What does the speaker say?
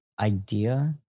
idea